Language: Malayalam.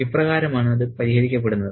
ഇപ്രകാരമാണ് അത് പരിഹരിക്കപ്പെടുന്നത്